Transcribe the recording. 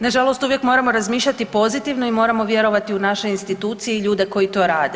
Nažalost, uvijek moramo razmišljati pozitivno i moramo vjerovati u naše institucije i ljude koji to rade.